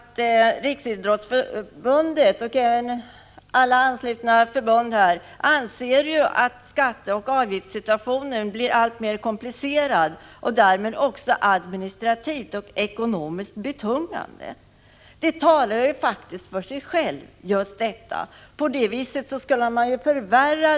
Riksidrottsförbundet med alla anslutna förbund anser att skatteoch avgiftssituationen blir alltmer komplicerad och därmed också administrativt och ekonomiskt betungande. Detta talar ju faktiskt för sig självt. Nu förvärrar man situationen på det här viset.